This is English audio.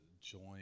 join